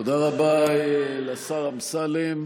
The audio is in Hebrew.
תודה רבה לשר אמסלם.